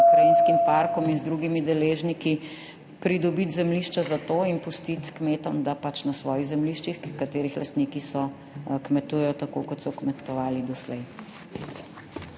krajinskim parkom in z drugimi deležniki pridobiti zemljišče za to in pustiti kmetom, da na svojih zemljiščih, katerih lastniki so, kmetujejo tako kot so kmetovali doslej.